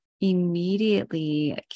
immediately